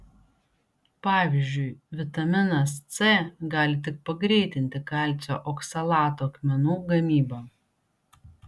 pavyzdžiui vitaminas c gali tik pagreitinti kalcio oksalato akmenų gamybą